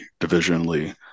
divisionally